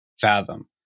fathom